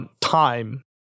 time